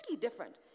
different